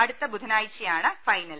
അടുത്ത ബുധനാഴ്ചയാണ് ഫൈനൽ